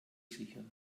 sichern